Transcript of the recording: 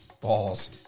balls